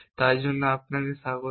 তার জন্য আপনাকে স্বাগতম